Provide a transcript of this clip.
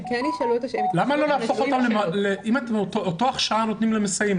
אם אתם נותנים את אותה הכשרה למסייעים,